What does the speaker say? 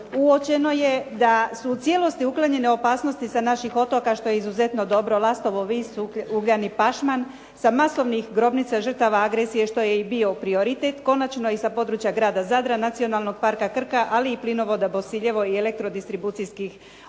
uočeno je da su u cijelosti uklonjene opasnosti sa naših otoka što je izuzetno dobro. Lastovo, Vis, Ugljen i Pašman, sa masovnih grobnica žrtava agresije što je bio prioritet. Konačno i sa područja Grada Zadra, Nacionalnog parka "Krka", ali i plinovoda Bosiljevo, i elektrodistribucijskih objekata.